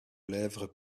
lèvres